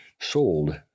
sold